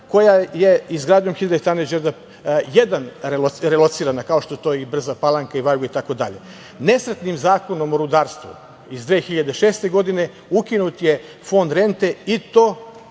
koja je izgradnjom HE Đerdap I relocirana, kao što je to i Brza Palanka i Vajuga itd. Nesretnim Zakonom o rudarstvu iz 2006. godine ukinut je fond rente i to,